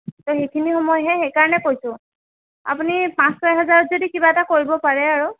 তো সেইখিনি সময়হে সেইকাৰণে কৈছোঁ আপুনি পাঁচ ছয় হাজাৰত যদি কিবা এটা কৰিব পাৰে আৰু